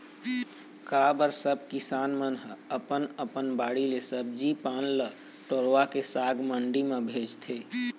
का बर सब किसान मन ह अपन अपन बाड़ी ले सब्जी पान ल टोरवाके साग मंडी भेजथे